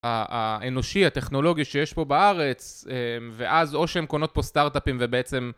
האנושי הטכנולוגי שיש פה בארץ ואז או שהם קונות פה סטארטאפים ובעצם